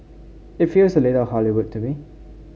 it feels a little Hollywood to me